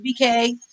BK